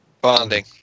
Bonding